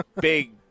big